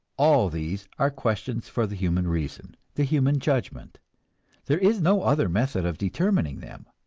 all these are questions for the human reason, the human judgment there is no other method of determining them,